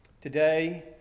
Today